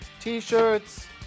t-shirts